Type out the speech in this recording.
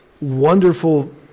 wonderful